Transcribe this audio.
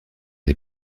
les